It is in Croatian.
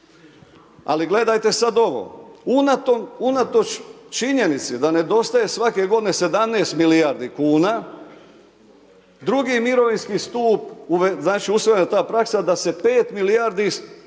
Ali gledajte sad ovo, unatoč činjenici da nedostaje svake godine 17 milijardi kuna drugi mirovinski stup, znači usvojena je ta praksa da se 5 milijardi koje